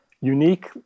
unique